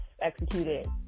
executed